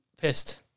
Pissed